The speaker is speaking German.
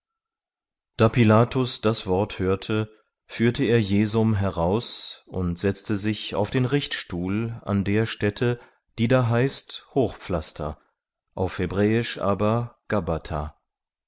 da pilatus das wort hörte führte er jesum heraus und setzte sich auf den richtstuhl an der stätte die da heißt hochpflaster auf hebräisch aber